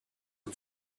her